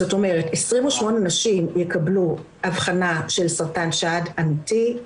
זאת אומרת 28 נשים יקבלו אבחנה של סרטן שד אמיתי,